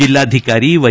ಜಿಲ್ಲಾಧಿಕಾರಿ ವೈ